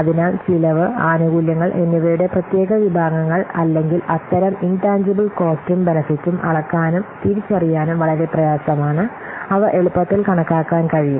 അതിനാൽ ചിലവ് ആനുകൂല്യങ്ങൾ എന്നിവയുടെ പ്രത്യേക വിഭാഗങ്ങൾ അല്ലെങ്കിൽ അത്തരം ഇൻടാൻജിബിൽ കോസ്റ്റും ബെനെഫിട്ടും അളക്കാനും തിരിച്ചറിയാനും വളരെ പ്രയാസമാണ് അവ എളുപ്പത്തിൽ കണക്കാക്കാൻ കഴിയും